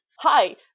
hi